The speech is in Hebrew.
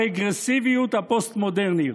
הרגרסיביות הפוסט-מודרנית.